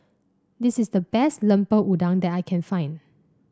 this is the best Lemper Udang that I can find